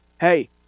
Hey